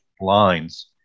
lines